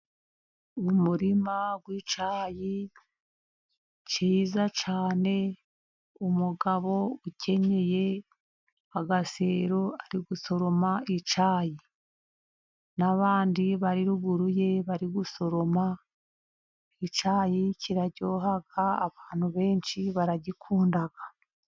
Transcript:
Umurima w'icyayi cyiza cyane , umugabo ukenyeye agasero ari gusoroma icyayi n'abandi bari ruguru ye bari gusoroma , icyayi kiraryoha abantu benshi baragikunda.